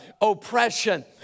oppression